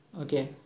Okay